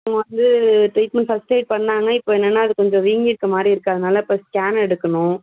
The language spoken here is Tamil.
அவங்க வந்து ட்ரீட்மெண்ட் ஃபஸ்ட் எயிட் பண்ணிணாங்க இப்போ என்னென்னால் அது கொஞ்சம் வீங்கியிருக்க மாதிரி இருக்கிறதுனால இப்போ ஸ்கேன் எடுக்கணும்